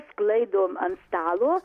sklaidom ant stalo